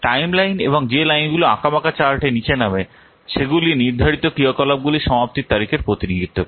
timeline এবং যে লাইনগুলি আঁকাবাঁকা চার্টে নিচে নামে সেগুলি নির্ধারিত ক্রিয়াকলাপ সমাপ্তির তারিখের প্রতিনিধিত্ব করে